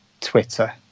twitter